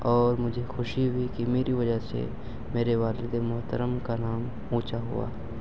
اور مجھے خوشی ہوئی کہ میری وجہ سے میرے والد محترم کا نام اونچا ہوا